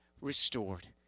Restored